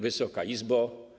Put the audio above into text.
Wysoka Izbo!